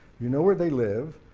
you know where they live,